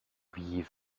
wie